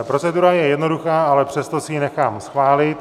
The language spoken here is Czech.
Procedura je jednoduchá, ale přesto si ji nechám schválit.